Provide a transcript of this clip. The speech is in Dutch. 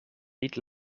niet